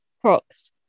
Crocs